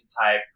type